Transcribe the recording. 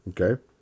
Okay